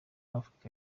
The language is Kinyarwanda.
afurika